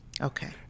Okay